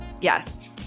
yes